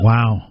Wow